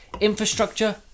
infrastructure